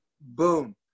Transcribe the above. boom